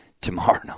tomorrow